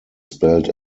spelled